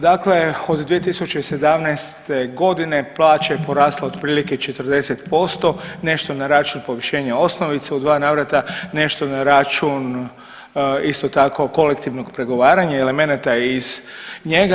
Dakle, od 2017. godine plaća je porasla otprilike 40% nešto na račun povišenja osnovice u dva navrata, nešto na račun isto tako kolektivnog pregovaranja i elemenata iz njega.